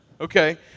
Okay